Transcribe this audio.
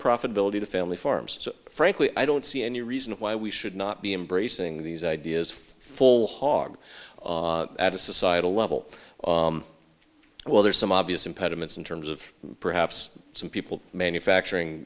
profitability to family farms so frankly i don't see any reason why we should not be embracing these ideas full hawg at a societal level well there are some obvious impediments in terms of perhaps some people manufacturing